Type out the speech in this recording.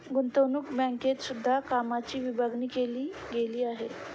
गुतंवणूक बँकेत सुद्धा कामाची विभागणी केली गेली आहे